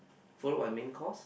follow by main course